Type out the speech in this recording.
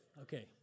Okay